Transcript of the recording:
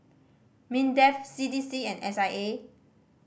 MINDEF C D C and S I A